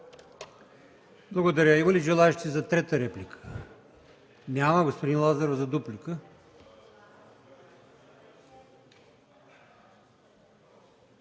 Благодаря. Има ли желаещи за трета реплика? Няма. Господин Лазаров – за дуплика.